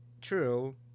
True